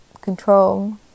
control